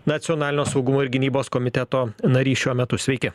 nacionalinio saugumo ir gynybos komiteto narys šiuo metu sveiki